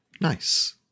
Nice